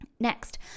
next